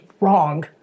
wrong